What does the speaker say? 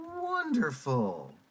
Wonderful